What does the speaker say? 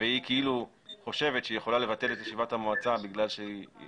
והיא חושבת שהיא יכולה לבטל את ישיבת המועצה בגלל שהיא